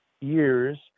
years